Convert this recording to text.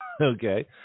Okay